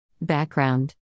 Background